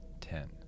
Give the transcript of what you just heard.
ten